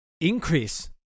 increase